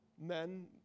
men